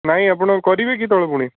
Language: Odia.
ନାଇଁ ଆପଣ କରିବେ କି ତଳେ ପୁଣି